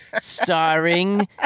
Starring